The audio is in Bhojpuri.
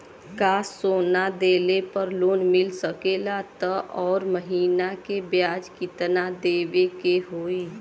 का सोना देले पे लोन मिल सकेला त ओकर महीना के ब्याज कितनादेवे के होई?